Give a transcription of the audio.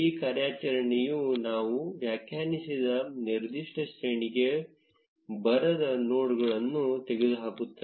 ಈ ಕಾರ್ಯಾಚರಣೆಯು ನಾವು ವ್ಯಾಖ್ಯಾನಿಸಿದ ನಿರ್ದಿಷ್ಟ ಶ್ರೇಣಿಗೆ ಬರದ ನೋಡ್ಗಳನ್ನು ತೆಗೆದುಹಾಕುತ್ತದೆ